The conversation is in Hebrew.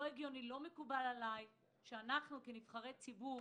לא מקובל עליי שאנו כנבחרי ציבור,